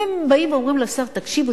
אם הם באים ואומרים לשר: תקשיב,